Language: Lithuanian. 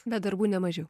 bet darbų ne mažiau